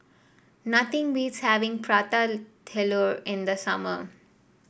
nothing beats having Prata Telur in the summer